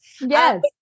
Yes